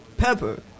pepper